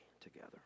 together